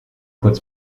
kurz